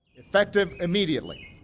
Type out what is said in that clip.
effective immediately,